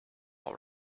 all